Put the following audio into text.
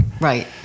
Right